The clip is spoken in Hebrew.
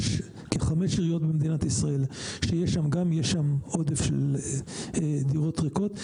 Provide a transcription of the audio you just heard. יש כחמש עיריות במדינת ישראל שיש שם עודף של דירות ריקות,